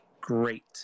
great